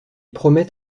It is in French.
promet